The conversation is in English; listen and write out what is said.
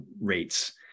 rates